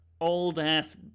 old-ass